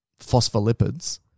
phospholipids